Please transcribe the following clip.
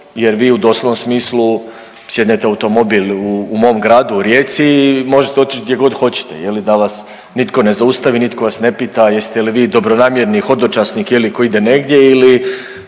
jer vi u doslovnom smislu sjednete u automobil u mom gradu, u Rijeci i možete otić gdje god hoćete, je li, da vas nitko ne zaustavi, nitko vas ne pita jeste li vi dobronamjerni hodočasnik, je li, koji ide negdje ili